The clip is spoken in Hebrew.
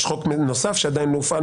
יש חוק נוסף שעדיין מופעל,